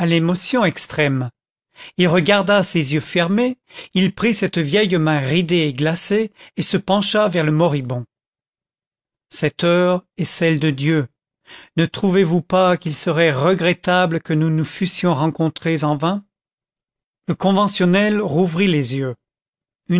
l'émotion extrême il regarda ces yeux fermés il prit cette vieille main ridée et glacée et se pencha vers le moribond cette heure est celle de dieu ne trouvez-vous pas qu'il serait regrettable que nous nous fussions rencontrés en vain le conventionnel rouvrit les yeux